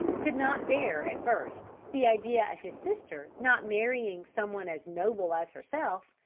could not bear, at first, the idea of his sister not marrying some one as noble as herself,